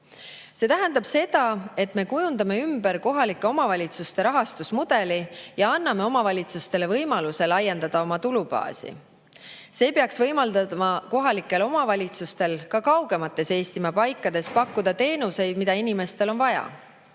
See tähendab seda, et me kujundame ümber kohalike omavalitsuste rahastamise mudeli ja anname omavalitsustele võimaluse laiendada oma tulubaasi. See peaks võimaldama kohalikel omavalitsustel ka kaugemates Eestimaa paikades pakkuda teenuseid, mida inimestel on vaja.